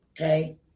Okay